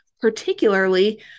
particularly